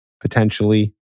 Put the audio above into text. potentially